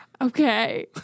Okay